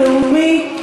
לאומי,